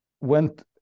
went